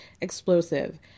explosive